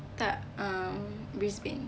tak um brisbane